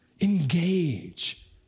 Engage